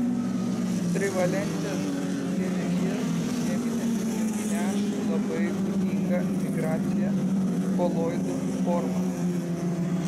trivalentės geležies cheminiams junginiams labai būdinga migracija koloidų forma